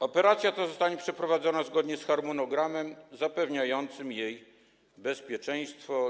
Operacja ta zostanie przeprowadzona zgodnie z harmonogramem zapewniającym jej bezpieczeństwo.